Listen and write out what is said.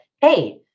Hey